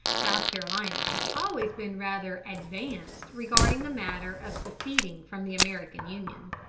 south carolina has always been rather advanced regarding the matter of seceding from the american union.